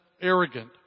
arrogant